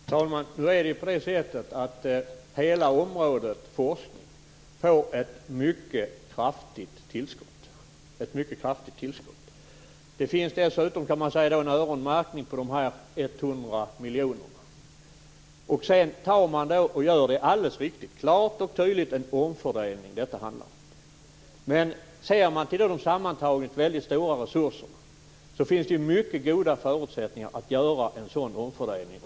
Fru talman! Nu är det på det sättet att hela forskningsområdet får ett mycket kraftigt tillskott. Man kan dessutom säga att det finns en öronmärkning av dessa 100 miljoner. Det är alldeles riktigt att man sedan gör en omfördelning. Men ser man till de mycket stora resurserna sammantaget finns det mycket goda förutsättningar att göra en sådan omfördelning.